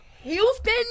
Houston